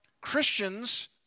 Christians